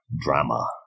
Drama